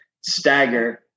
stagger